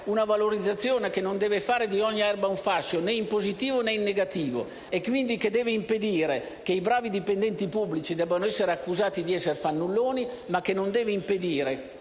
una valorizzazione che non deve fare di ogni erba un fascio, né in positivo, né in negativo, e che, quindi, deve impedire che i bravi dipendenti pubblici vengano accusati di essere fannulloni, ma che non deve impedire